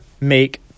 make